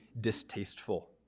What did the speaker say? distasteful